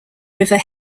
river